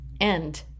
end